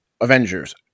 Avengers